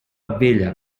bella